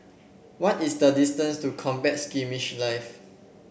what is the distance to Combat Skirmish Live